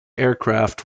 aircraft